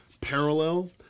parallel